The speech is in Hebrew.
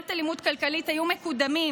למניעת אלימות כלכלית היו מקודמים,